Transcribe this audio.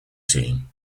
team